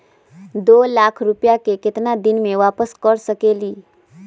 दो लाख रुपया के केतना दिन में वापस कर सकेली?